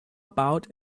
about